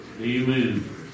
Amen